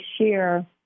share